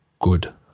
good